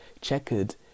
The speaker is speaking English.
checkered